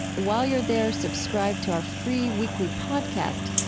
while you're there, subscribe to our free weekly podcasts.